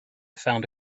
found